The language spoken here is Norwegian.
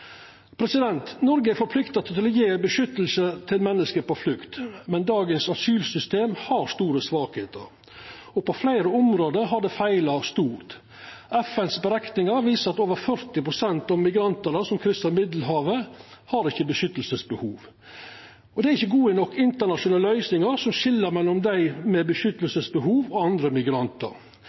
Noreg er forplikta til å gje beskyttelse til menneske på flukt, men dagens asylsystem har store svakheiter, og på fleire område har det feila stort. FNs berekningar viser at over 40 pst. av migrantane som kryssar Middelhavet, ikkje har beskyttelsesbehov. Og det er ikkje gode nok internasjonale løysingar som skil mellom dei med beskyttelsesbehov og andre migrantar.